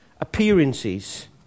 appearances